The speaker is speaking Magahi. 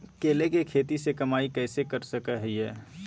केले के खेती से कमाई कैसे कर सकय हयय?